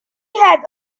had